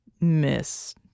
Miss